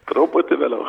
truputį vėliau